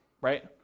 right